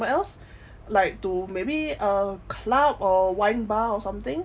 like to maybe uh club or wine bar or something